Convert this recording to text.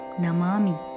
Namami